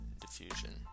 diffusion